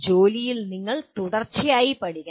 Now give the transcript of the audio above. ജോലിയിൽ നിങ്ങൾ തുടർച്ചയായി പഠിക്കണം